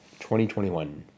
2021